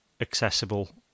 accessible